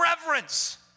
reverence